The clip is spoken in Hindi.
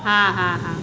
हाँ हाँ हाँ